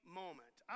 moment